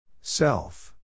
Self